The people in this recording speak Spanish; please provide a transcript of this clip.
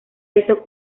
hizo